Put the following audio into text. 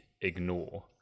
ignore